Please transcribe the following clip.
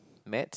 Maths